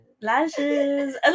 Lashes